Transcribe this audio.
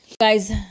guys